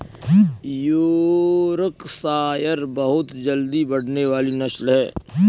Yorkshire बहुत जल्दी बढ़ने वाली नस्ल है